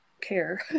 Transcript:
care